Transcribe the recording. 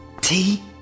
Tea